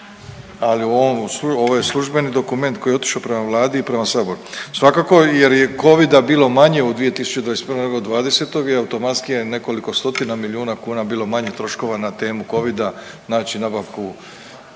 ovo je službeni dokument koji je otišao prema Vladi i prema saboru. Svakako jer je Covida bilo manje u 2021. nego '20. i automatski je nekoliko stotina miliona kuna bilo manje troškova na temu Covida znači nabavku